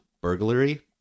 burglary